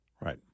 Right